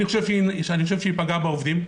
אני חושב שהיא פגעה בעובדים,